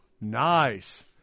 Nice